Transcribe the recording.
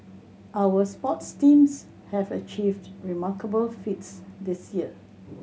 our sports teams have achieved remarkable feats this year